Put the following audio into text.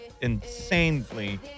insanely